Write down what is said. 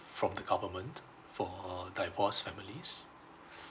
from the government for uh divorce familes